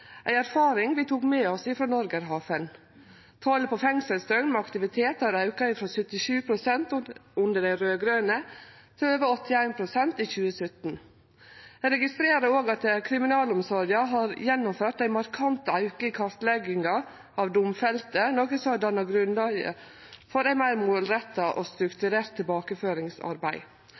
ei erfaring vi tok med oss frå Norgerhaven. Talet på fengselsdøgn med aktivitet har auka frå 77 pst. under dei raud-grøne til over 81 pst. i 2017. Eg registrerer òg at kriminalomsorga har gjennomført ein markant auke i kartlegginga av domfelte, noko som har danna grunnlag for eit meir målretta og strukturert tilbakeføringsarbeid.